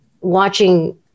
watching